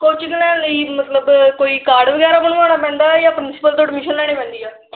coaching ਲੈਣ ਲਈ ਮਤਲਬ ਕੋਈ ਕਾਰਡ ਵਗੈਰਾ ਬਣਵਾਉਣਾ ਪੈਂਦਾ ਜਾਂ ਪ੍ਰਿੰਸੀਪਲ ਤੋਂ ਐਡਮੀਸ਼ਨ ਲੈਣੀ ਪੈਂਦੀ ਆ